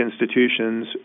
institutions